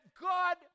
God